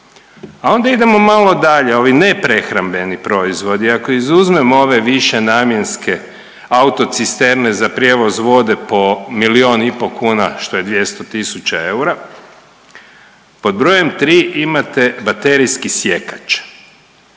A onda idemo malo dalje, ali neprehrambeni proizvodi i ako izuzmemo ove višenamjenske autocisterne za prijevoz vode po milion i pol kuna što je 200 tisuća eura, pod brojem 3 imate baterijski sjekač.